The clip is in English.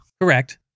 Correct